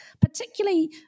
particularly